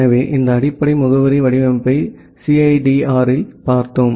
எனவே இந்த அடிப்படை முகவரி வடிவமைப்பை சிஐடிஆரில் பார்த்தோம்